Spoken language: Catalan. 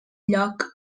lloc